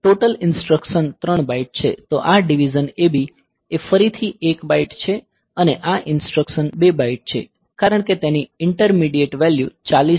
total instruction 3 byte છે તો આ DIV AB એ ફરીથી 1 બાઇટ છે અને આ ઇન્સટ્રકસન 2 બાઇટ છે કારણ કે તેની ઇન્ટરમીડીએટ વેલ્યૂ 40 મળી છે